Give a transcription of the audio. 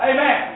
Amen